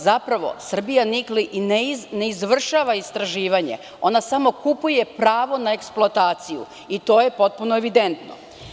Zapravo, „Srbija nikl“ ne izvršava istraživanje, ona samo kupuje pravo na eksploataciju i to je potpuno evidentno.